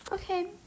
Okay